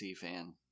fan